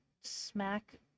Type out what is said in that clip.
smack